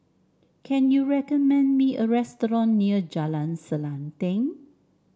can you recommend me a restaurant near Jalan Selanting